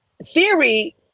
Siri